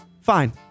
fine